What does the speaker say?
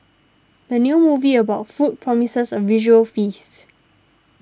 the new movie about food promises a visual feast